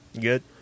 Good